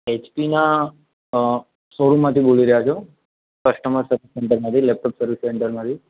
એચપીના શોરૂમમાંથી બોલી રહ્યા છો કસ્ટમર સર્વિસ સેન્ટરમાંથી લેપટોપ સર્વિસ સેન્ટરમાંથી